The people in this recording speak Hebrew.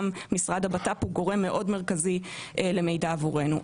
גם משרד הבט"פ הוא גורם מאוד מרכזי למידע עבורנו.